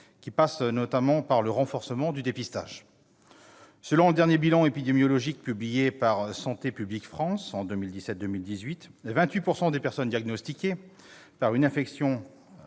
qui passent notamment par le renforcement du dépistage. Selon le dernier bilan épidémiologique publié par Santé publique France, en 2017-2018, 28 % des personnes diagnostiquées pour une infection